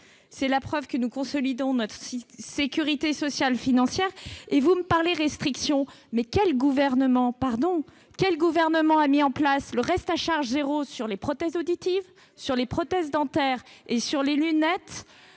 C'est la preuve que nous consolidons financièrement notre sécurité sociale. Vous me parlez restrictions, mais quel gouvernement a mis en place le reste à charge zéro sur les prothèses auditives, sur les prothèses dentaires et sur les lunettes